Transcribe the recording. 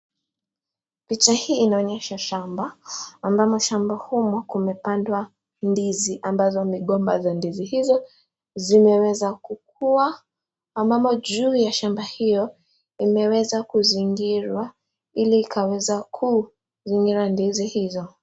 Picha hii inaonyesha shamba ambapo shamba humo kumepandwa ndizi ambazo migomba za ndizi hizo zimewezakukua juu ya shamba hiyo imeweza kuzingirwa ili ikaweza kuzingira ndizi hizo